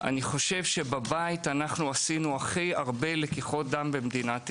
אני חושב שבבית עשינו הכי הרבה לקיחות דם במדינת ישראל.